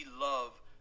love